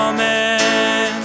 Amen